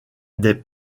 des